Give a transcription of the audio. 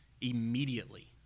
Immediately